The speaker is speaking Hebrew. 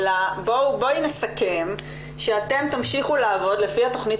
אלא בואי נסכם שאתם תמשיכו לעבוד לפי התכנית